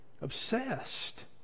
obsessed